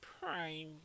prime